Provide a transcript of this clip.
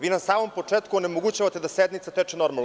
Vi na samom početku onemogućavate da sednica teče normalno.